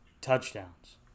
touchdowns